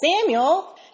Samuel